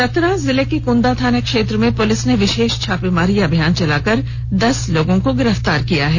चतरा जिले के कुंदा थाना क्षेत्र में पूलिस ने विशेष छापेमारी अभियान चलाकर दस लोगों को गिरफतार किया है